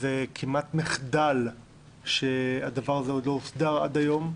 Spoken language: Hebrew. זה כמעט מחדל שהדבר הזה עוד לא הוסדר עד היום,